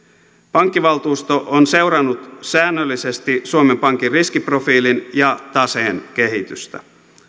pankkivaltuusto on seurannut säännöllisesti suomen pankin riskiprofiilin ja taseen kehitystä